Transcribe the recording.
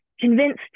convinced